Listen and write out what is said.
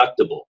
deductible